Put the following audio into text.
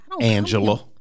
Angela